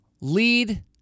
Lead